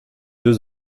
deux